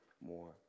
more